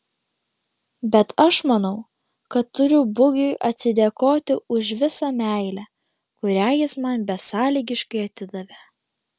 bet aš manau kad turiu bugiui atsidėkoti už visą meilę kurią jis man besąlygiškai atidavė